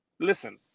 listen